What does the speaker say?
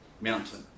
mountain